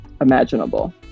imaginable